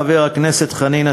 חבר הכנסת חנין,